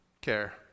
care